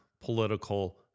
political